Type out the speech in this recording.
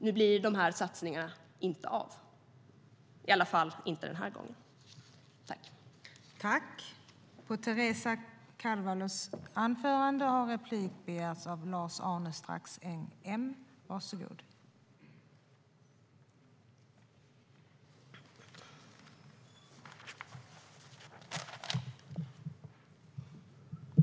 Nu blir de här satsningarna inte av, i alla fall inte den här gången.